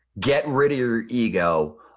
get rid of your ego